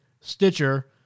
Stitcher